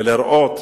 ולראות,